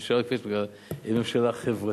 היא ממשלה חברתית,